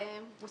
זה מוסכם?